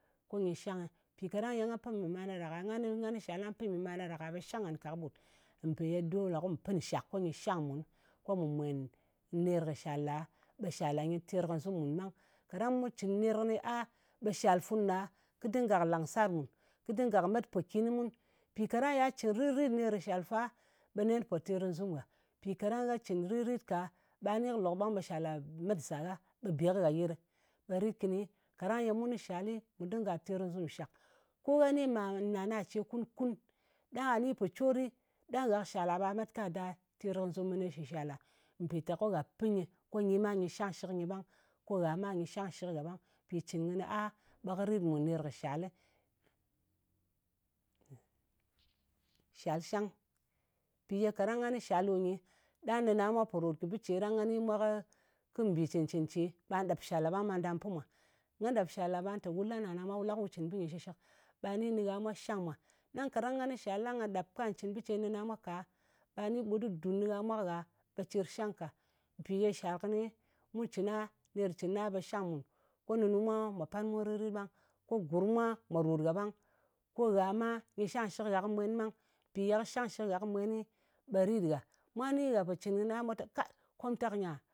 Ko nyɨ shangnɨ. Mpì kaɗang ye nga pin mi mana ɗa ka, ngani ngan kɨ shal ɗang nga pɨn mi mana ɗa ka ɓe shang ngan ka kɨɓut. Mpì ye dole ku pɨn nshak, ko nyɨ shang mùnɨ. Ko mu mwen ner kɨ shala, ɓe shal ɗa nyɨ terkazɨm mùn ɓang. Kaɗang mu cɨn ner kɨnɨ a ɓe shal fun ɗa, kɨ dinga langsar mùn. Kɨ dinga met pokin kɨ mun. Mpì kaɗang ya cɨn rit-rit ner kɨ shal fa, ɓe nen pò terkazɨm ngha. Mpì kaɗang gha cɨn rit-rit ka ɓa ni kɨ lok ɓang ɓe shal a met nsar gha, ɓe be kɨ gha yɨt ɗɨ. Ɓe rit kɨnɨ, kaɗang ye mun kɨ shali ɓe mù dinga terkazɨmshak. Ko gha ni mal nana ce kùn-kun, ɗa ni pò cori, ɗang gha kɨ shal la, ɓa met ka da terkazɨm kɨnɨ shɨ shal a. Mpìteko gha pɨ nyɨ, ko nyi ma nyɨ shangshɨk nyɨ ɓang, ko gha ma nyɨ shangshɨk ngha ɓang. Mpì cɨn kɨnɨ a, ɓe kɨ rit mùn ner kɨ shalɨ. Shal shang. Mpì ye kaɗang ngan kɨ shal ɗo nyi, ɗang nɨna mwa pò ròt kɨ bɨ ce ɗang nga ni mwa kɨ mbì cɨn-cɨn ce, ɓà ɗap shal ɗa, ɓang ɓà nda pɨ mwa. Nga ɗap shal a, ɓa lɨ tè wù la nana mwa, wu la ku cɨn bɨ nyɨ shɨshɨk. Ɓà ni nɨgha mwa shang mwa. Ɗang kaɗang ngan kɨ shal ɗang nga ɗap ka cɨn bɨ ce nɨna mwa kɨnɨ ka, ɓa ni ɓut kɨ dùn nɨgha mwa kɨ gha, ɓe cir shang ka. Mpì ye shal kɨnɨ mu cɨn a, ner kɨ cɨn kɨnɨ a ɓe shang mùn. Ko nunu mwa mwa pan mun rit-rit ɓang. Ko gurm mwa mwa ròt gha ɓang. Ko gha ma nyɨ shangshɨk ngha kɨ mwen ɓang. Mpì ye kɨ shangshɨk ngha kɨ mwenibe rit ngha. Mwa ni gha pò cɨn kɨnɨ ɓe mwa lɨ te, ka, komtak nyɨ,